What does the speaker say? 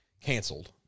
canceled